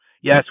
Yes